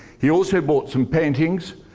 he also bought some paintings.